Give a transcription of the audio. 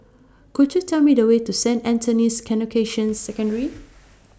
Could YOU Tell Me The Way to Saint Anthony's Canossian Secondary